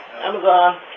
Amazon